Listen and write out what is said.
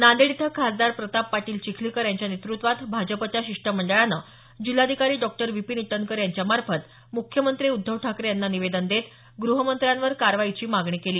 नांदेड इथं खासदार प्रताप पाटील चिखलीकर यांच्या नेतृत्वात भाजपच्या शिष्टमंडळानं जिल्हाधिकारी डॉ विपिन ईटनकर यांच्यामार्फत मुख्यमंत्री उद्धव ठाकरे यांना निवेदन देत गृहमंत्र्यांवर कारवाईची मागणी केली